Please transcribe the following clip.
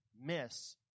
miss